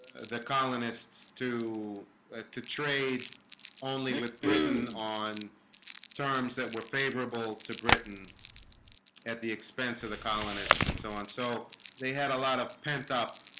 the colonists to ah to trade only with britain on terms that were favorable to britain at the expense of the colonists and so on so they had a lot of pent up